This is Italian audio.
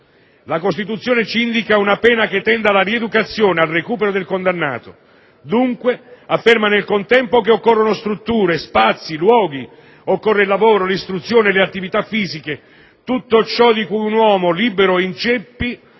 La Costituzione ci indica una pena che tenda alla rieducazione e al recupero del condannato. Afferma, nel contempo, che occorrono strutture, spazi, luoghi; occorre il lavoro, l'istruzione, le attività fisiche: tutto ciò di cui un uomo libero o in ceppi